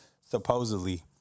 supposedly